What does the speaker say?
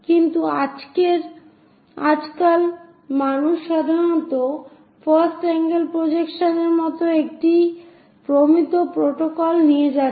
কিন্তু আজকাল মানুষ সাধারণত ফার্স্ট আঙ্গেল প্রজেকশন এর মতো একটি প্রমিত প্রোটোকল নিয়ে যাচ্ছে